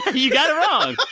he got it wrong.